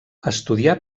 estudià